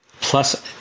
plus